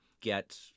get